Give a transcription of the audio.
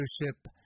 leadership